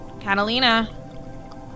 Catalina